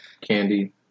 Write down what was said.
candy